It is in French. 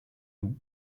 dou